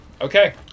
okay